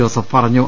Joseph പറഞ്ഞു